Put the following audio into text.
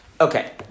Okay